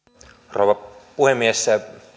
rouva puhemies